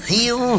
Heal